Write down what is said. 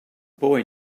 boy